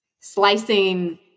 slicing